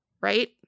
Right